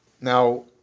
Now